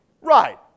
Right